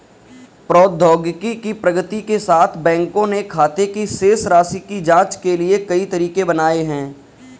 प्रौद्योगिकी की प्रगति के साथ, बैंकों ने खाते की शेष राशि की जांच के लिए कई तरीके बनाए है